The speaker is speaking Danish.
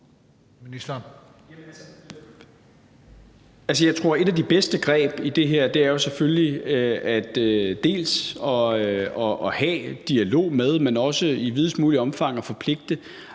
Jeg tror, at et af de bedste greb i det her jo selvfølgelig er at have en dialog med, men også i videst muligt omfang at forpligte